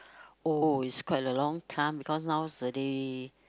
oh it's quite a long time because nowadays